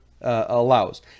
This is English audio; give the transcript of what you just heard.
allows